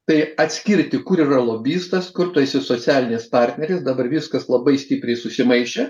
tai atskirti kur yra lobistas kur tu esi socialinis partneris dabar viskas labai stipriai susimaišė